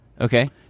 Okay